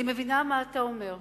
אני מבינה מה אתה אומר.